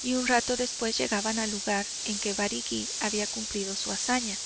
y un rato después llegaban al lugar en que barigüí había cumplido su hazaña